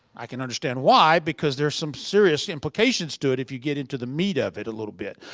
i can understand why because there's some serious implications to it if you get into the meat of it a little bit.